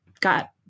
got